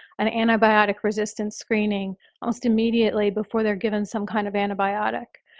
an antibiotic resistance screening almost immediately before they're given some kind of antibiotic.